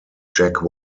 jack